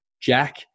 Jack